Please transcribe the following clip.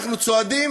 אנחנו צועדים